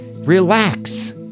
relax